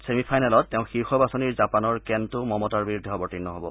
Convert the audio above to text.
ছেমিফাইনেলত তেওঁ শীৰ্ষ বাছনিৰ জাপানৰ কেণ্টো মমতাৰ বিৰুদ্ধে অৱতীৰ্ণ হ'ব